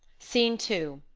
scene two.